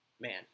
Man